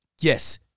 Yes